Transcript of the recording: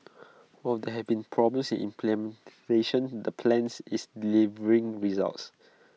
while there have been problems in implementation the plans is delivering results